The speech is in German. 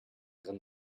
ihre